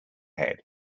head